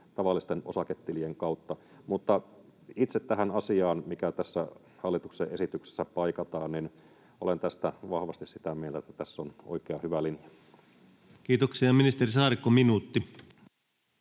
tavallisten osaketilien kautta. Mutta itse tähän asiaan, mikä tässä hallituksen esityksessä paikataan: olen tästä vahvasti sitä mieltä, että tässä on oikea, hyvä linja. Kiitoksia. — Ministeri Saarikko, minuutti.